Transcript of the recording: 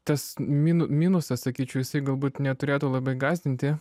tas minu minusas sakyčiau jisai galbūt neturėtų labai gąsdinti